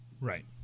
Right